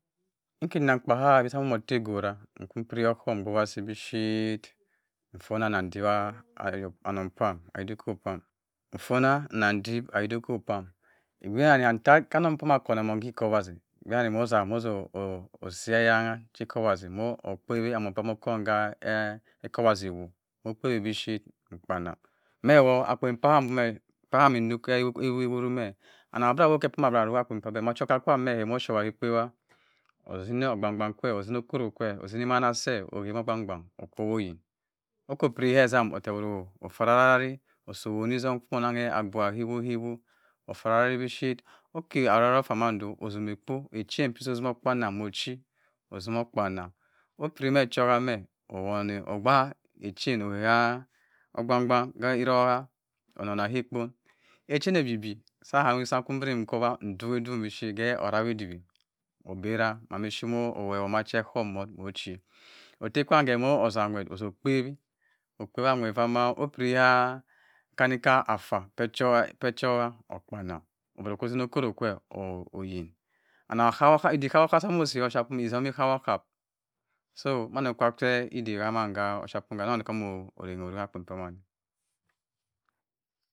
Nkinam kpah asinah nategorah mkwori okum mgbowa asi bi ship nfonah anah ndi ndiwah anuns pam adikop pam nan ndip ayodikop pam kanem pam akonea emeng kwi ekowasa bah ani mah sehosi enyan che kuwase mma moh kpewi aneng pam okon che ekowase wuh moh kpewi be shit mpanem meh whoh akpen pam mmi nuk eworuh meh amma bura rokeh abara rugh akpen pah abeh wumo ushiwa khe ekpawa ostumi ogbang gbang kwe otsimi okoro kwe otsimi emana seh oha moh ogban gban moh oyin okpopiri heh esam otogho ofon kwe moh oneng usi owonisom kwe moh oneng usi owoni som kwe moh onenghe abua ohewo ofra araeh shit okeh ara re ofamando osineh ekpo echen otimoh okpenem opireh echi otsimoh okpenem opireh meh echoha meh owone ogbang gban oghe herogha onena heh ekpon echene ebibwe sah hami sah mkuen nkowa nduok ndwuk ship khe orawi edibwe oberah mma mi nchi ehama cho okon mboh otekwam khe non sah nwere toh okpewo okpewa nwer vambah opin ha kani kanah affa echoha okpanem boro okwu utimo okoro khe oyin anangha ahap ohap idik hap ohap etum ehihap ohap mmu usi koh affiapumeh etomi chap ohap so mani kache edim emmaha offiapium oneng oron odey orugha akpen pamme